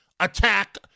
attack